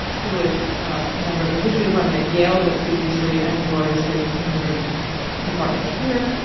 who is a member of the history department at yale, but previously and gloriously a member of the department here.